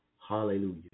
Hallelujah